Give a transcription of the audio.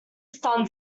sun